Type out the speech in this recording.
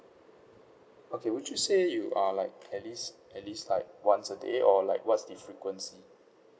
okay would you say you are like at least at least like once a day or like what's the frequency